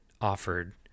offered